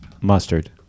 mustard